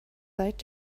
seit